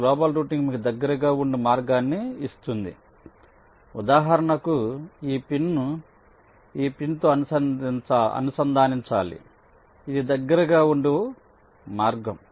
global routing మీకు దగ్గరగా ఉండు మార్గాన్ని ఇస్తుంది ఉదాహరణకు ఈ పిన్ను ఈ పిన్తో అనుసంధానించాలి ఇది దగ్గరగా ఉండు మార్గం